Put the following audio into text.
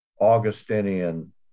Augustinian